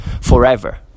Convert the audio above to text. forever